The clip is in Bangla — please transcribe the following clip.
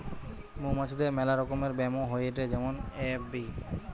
মৌমাছিদের মেলা রকমের ব্যামো হয়েটে যেমন এ.এফ.বি